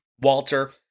Walter